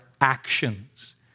actions